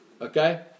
okay